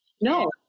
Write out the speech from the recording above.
No